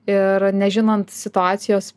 ir nežinant situacijos